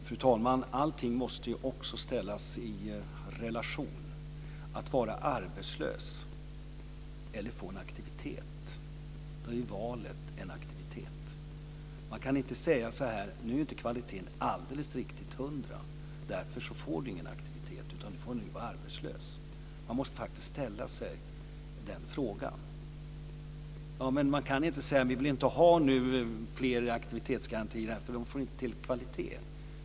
Fru talman! Allting måste ställas i relation till någonting annat. När det gäller att vara arbetslös eller få en aktivitet - då är valet en aktivitet. Man kan inte säga så här: Nu är inte kvaliteten alldeles bra till 100 %, och därför får du ingen aktivitet utan får vara arbetslös. Denna fråga måste man ställa sig. Man kan inte säga att vi inte vill ha fler i aktivitetsgaranti därför att de inte får tillräckligt hög kvalitet.